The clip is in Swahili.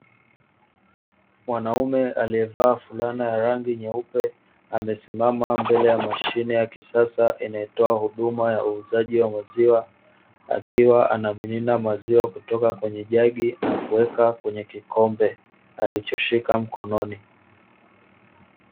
Mwanaume aliyevaa fulana ya rangi nyeupe, amesimama mbele ya mashine ya kisasa inayotoa huduma ya uuzaji wa maziwa, akiwa anamimina maziwa kutoka kwenye jagi na kuweka kwenye kikombe alichoshika mkononi.